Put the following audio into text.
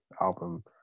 album